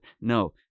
No